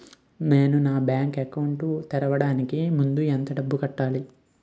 నేను నా bank account తెరవడానికి ముందు ఎంత డబ్బులు కట్టాలి?